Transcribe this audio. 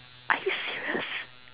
are you serious